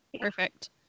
perfect